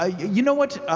ah you know what?